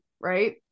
Right